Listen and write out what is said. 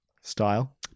Style